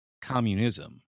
communism